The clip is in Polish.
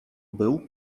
był